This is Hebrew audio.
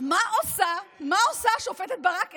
מה עושה השופטת ברק ארז?